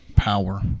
Power